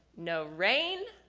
no rain,